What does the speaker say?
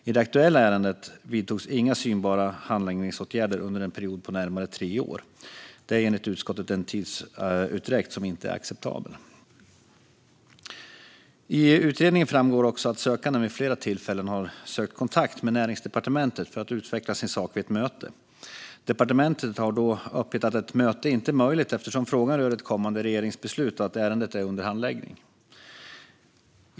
I det aktuella ärendet vidtogs inga synbara handläggningsåtgärder under en period på närmare tre år. Det är enligt utskottet en tidsutdräkt som inte är acceptabel. I utredningen framgår också att sökanden vid flera tillfällen har sökt kontakt med Näringsdepartementet för att utveckla sin sak vid ett möte. Departementet har då uppgett att ett möte inte är möjligt eftersom frågan rör ett kommande regeringsbeslut och att ärendet är under handläggning.